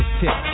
tip